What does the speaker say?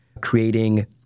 creating